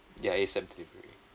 ya ASAP delivery